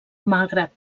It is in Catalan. malgrat